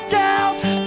doubts